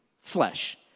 flesh